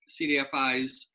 CDFIs